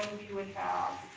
we would have